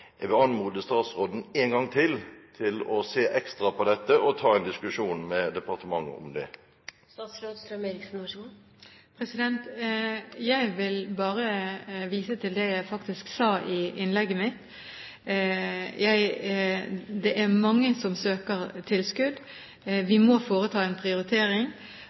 Jeg vil anmode statsråden én gang til om å se ekstra på dette og ta en diskusjon med departementet om det. Jeg vil bare vise til det jeg faktisk sa i innlegget mitt. Det er mange som søker om tilskudd. Vi må foreta en prioritering,